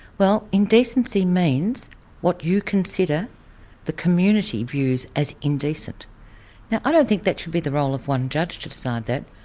well indecency means what you consider the community views as indecent. now i don't think that should be the role of one judge to decide that,